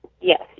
Yes